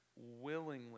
willingly